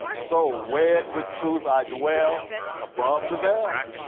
so, wed with truth, i dwell above the veil.